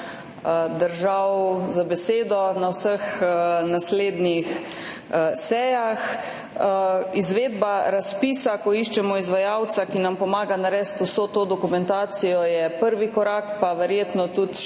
držali za besedo na vseh naslednjih sejah. Izvedba razpisa, ko iščemo izvajalca, ki nam pomaga narediti vso to dokumentacijo, je prvi korak, pa verjetno tudi